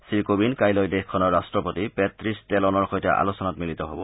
শ্ৰীকোবিন্দ কাইলৈ দেশখনৰ ৰাট্টপতি পেট্টিচ টেলনৰ সৈতে আলোচনাত মিলিত হ'ব